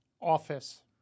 Office